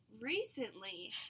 recently